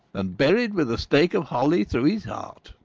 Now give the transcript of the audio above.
and buried with a stake of holly through his heart.